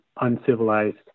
uncivilized